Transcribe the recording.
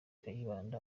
kayibanda